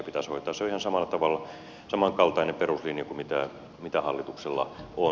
se on ihan samalla tavalla samankaltainen peruslinja kuin hallituksella on